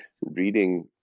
reading